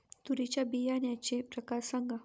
तूरीच्या बियाण्याचे प्रकार सांगा